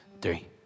three